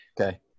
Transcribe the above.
Okay